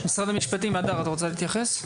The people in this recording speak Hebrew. משרד המשפטים, הדר, את רוצה להתייחס?